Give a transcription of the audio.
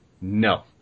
no